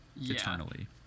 eternally